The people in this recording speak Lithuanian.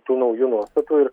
tų naujų nuostatų ir